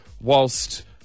whilst